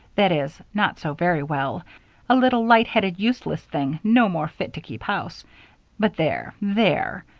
that is, not so very well a little light-headed, useless thing, no more fit to keep house but there! there.